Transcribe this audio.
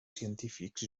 científics